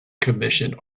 commissioned